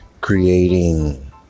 creating